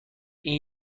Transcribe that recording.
این